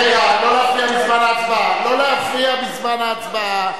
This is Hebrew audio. לא להפריע בזמן ההצבעה.